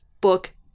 book